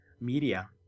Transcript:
media